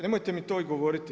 Nemojte mi to govoriti.